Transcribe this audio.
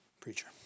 preacher